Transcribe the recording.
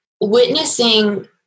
witnessing